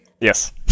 Yes